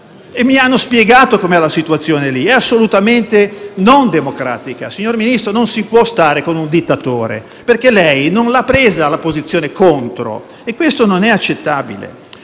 e mi hanno spiegato com'è lì la situazione, è assolutamente non democratica. Signor Ministro, non si può stare con un dittatore, perché lei non ha preso una posizione contro e questo non è accettabile.